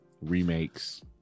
remakes